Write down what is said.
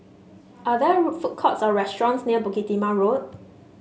are there food courts or restaurants near Bukit Timah Road